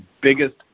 biggest